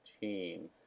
teams